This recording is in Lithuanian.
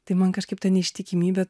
tai man kažkaip ta neištikimybė